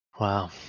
Wow